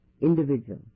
individual